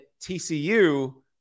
TCU